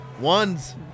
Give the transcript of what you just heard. ones